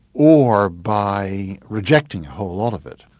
or by rejecting a whole lot of it,